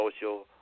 social